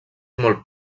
molt